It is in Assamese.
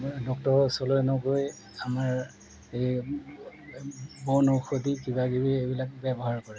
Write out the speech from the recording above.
ডক্টৰৰ ওচৰলৈ নগৈ আমাৰ এই বন ঔষধি কিবা কিবি এইবিলাক ব্যৱহাৰ কৰে